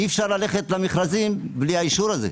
אי-אפשר ללכת למכרזים בלי האישור הזה.